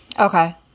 Okay